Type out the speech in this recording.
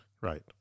Right